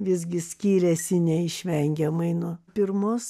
visgi skiriasi neišvengiamai nuo pirmos